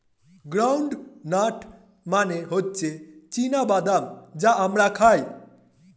ground nut মানে হচ্ছে চীনা বাদাম যা আমরা খাই